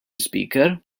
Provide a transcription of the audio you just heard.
ispeaker